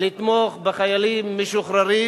לתמוך בחיילים משוחררים,